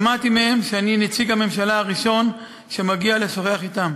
שמעתי מהם שאני נציג הממשלה הראשון שמגיע לשוחח אתם.